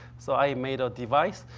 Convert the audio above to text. so, i made a device.